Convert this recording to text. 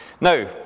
Now